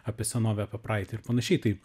apie senovę apie praeitį ir panašiai tai